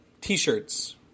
t-shirts